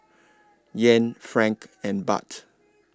Yen Franc and Baht